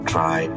Try